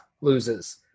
loses